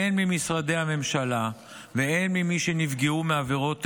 הן ממשרדי הממשלה והן ממי שנפגעו מעבירות הטרור,